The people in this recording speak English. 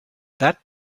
that